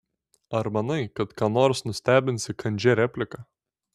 ar manai kad ką nors nustebinsi kandžia replika